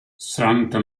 santa